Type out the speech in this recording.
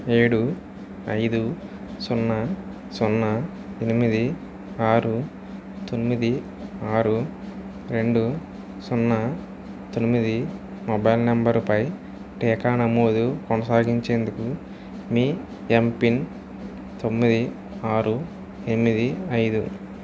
ఏడు ఐదు సున్నా సున్నా ఎనిమిది ఆరు తొమ్మిది ఆరు రెండు సున్నా తొమ్మిది మొబైల్ నెంబర్ పై టీకా నమోదు కొనసాగించేందుకు మీ ఏంపిన్ తొమ్మిది ఆరు ఎనిమిది ఐదు